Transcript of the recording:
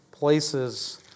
Places